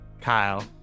Kyle